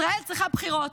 ישראל צריכה בחירות.